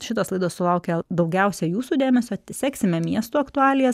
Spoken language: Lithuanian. šitos laidos sulaukė daugiausia jūsų dėmesio seksime miestų aktualijas